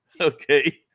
Okay